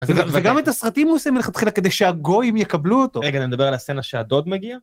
וגם את הסרטים הוא עושה מלכתחילה כדי שהגויים יקבלו אותו. רגע, אני מדבר על הסצנה שהדוד מגיע.